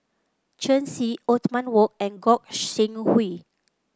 Shen Xi Othman Wok and Gog Sing Hooi